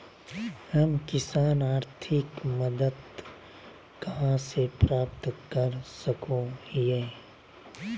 हम किसान आर्थिक मदत कहा से प्राप्त कर सको हियय?